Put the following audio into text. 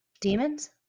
Demons